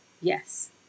Yes